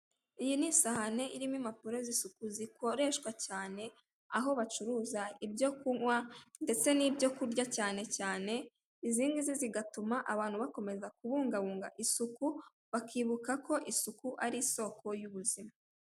Iyi ni isahani irimo impapuro z'isuku zikoreshwa cyane aho bacuruza ibyo kunywa ndetse n'ibyo kurya cyane cyane izi ngizi zigatima abantu bakomeza kubungabunga isuku bakibuka ko isuku ari isoko y'ubuzima.